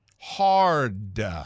Hard